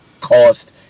cost